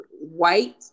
white